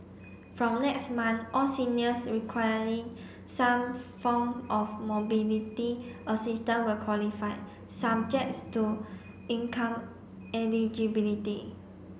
from next month all seniors requiring some form of mobility assistance will qualify subjects to income eligibility